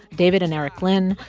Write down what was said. david and erik lin,